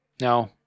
No